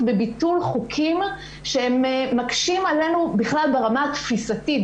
בביטול חוקים שהם מקשים עלינו בכלל ברמה התפיסתית.